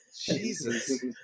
Jesus